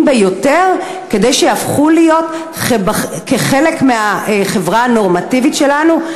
ביותר כדי שיהפכו להיות חלק מהחברה הנורמטיבית שלנו?